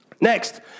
Next